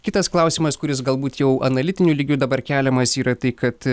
kitas klausimas kuris galbūt jau analitiniu lygiu dabar keliamas yra tai kad